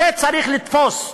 את זה צריך לתפוס.